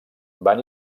van